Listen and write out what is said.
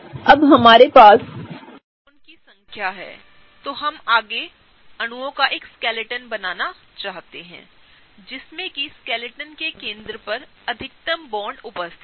अब हमारे पास इलेक्ट्रॉन की संख्या है तो आगे हम अणुओं का एक स्केलेटन बनाना चाहते हैं जिसमें की स्केलेटन के केंद्र पर अधिकतम बॉन्ड उपस्थित हो